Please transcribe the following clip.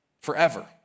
forever